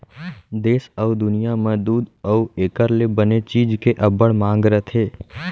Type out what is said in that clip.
देस अउ दुनियॉं म दूद अउ एकर ले बने चीज के अब्बड़ मांग रथे